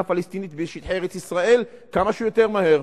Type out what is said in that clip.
פלסטינית בשטחי ארץ-ישראל כמה שיותר מהר.